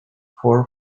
four